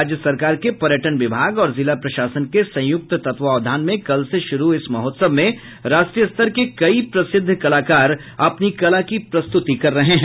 राज्य सरकार के पर्यटन विभाग और जिला प्रशासन के संयुक्त तत्वावधान में कल से शुरू इस महोत्सव में राष्ट्रीय स्तर के कई प्रसिद्ध कलाकार अपनी कला की प्रस्तुति कर रहे हैं